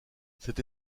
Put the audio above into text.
cette